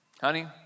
Honey